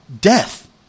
Death